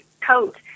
coat